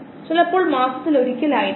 ഇപ്പോൾ നമുക്ക് ഉൽപ്പനം നോക്കാം